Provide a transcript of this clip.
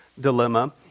dilemma